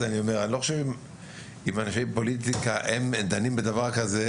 אני לא חושב שאנשי פוליטיקה הם דנים בדבר כזה,